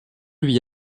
lui